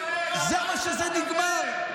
זה מה שזה נגמר,